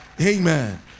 Amen